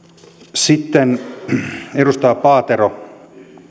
sitten edustaja paatero